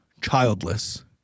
childless